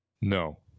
No